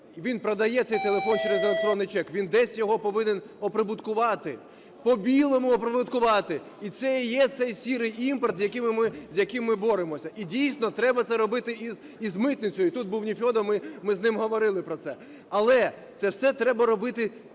він продає цей телефон через електронний чек. Він десь його повинен оприбуткувати, по-білому оприбуткувати. І це і є цей сірий імпорт, з яким ми боремося. І, дійсно, треба це робити і з митницею. Тут був Нефьодов, ми з ним з ним говорили про це. Але це все треба робити